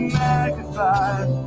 magnified